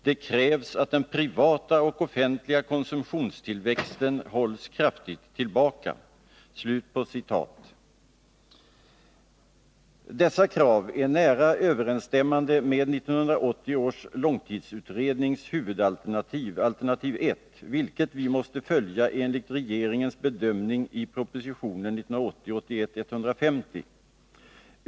Det krävs att den privata och offentliga konsumtionstillväxten kraftigt hålls tillbaka.” Dessa krav är nära överensstämmande med 1980 års långtidsutrednings huvudalternativ , vilket vi måste följa enligt regeringens bedömning i proposition 1980/81:150.